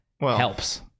helps